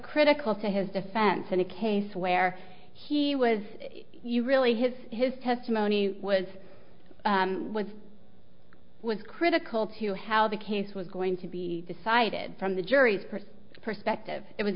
critical to his defense in a case where he was really his his testimony was was was critical to how the case was going to be decided from the jury perspective it was